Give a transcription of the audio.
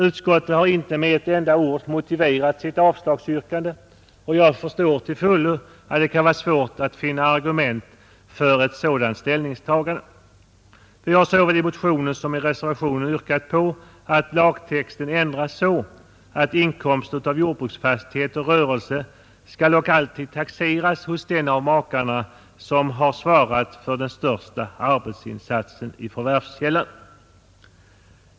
Utskottsmajoriteten har inte med ett enda ord motiverat sitt avslagsyrkande och jag förstår till fullo att det kan vara svårt att finna argument för ett sådant ställningstagande. Vi har såväl i motionen som i reservationen yrkat på att lagtexten ändras så att inkomst av jordbruksfastighet och rörelse alltid skall taxeras hos den av makarna som har svarat för den största arbetsinsatsen i förvärvskällan.